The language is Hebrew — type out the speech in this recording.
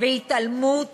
והתעלמות